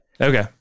okay